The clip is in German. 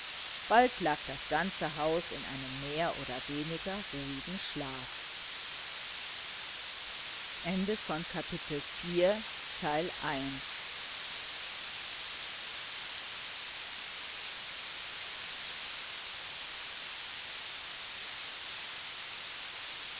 bald lag das ganze haus in einem mehr oder weniger ruhigen schlaf